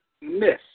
miss